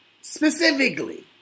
specifically